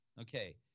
Okay